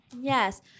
Yes